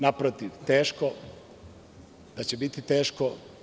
Naprotiv, da je teško, da će biti teško.